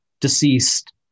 deceased